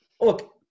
Look